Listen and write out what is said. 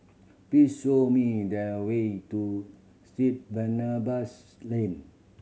please show me the way to Street Barnabas Lane